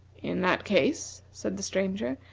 in that case, said the stranger,